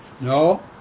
no